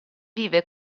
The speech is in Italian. vive